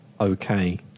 okay